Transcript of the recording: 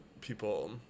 people